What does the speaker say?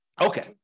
Okay